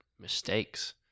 mistakes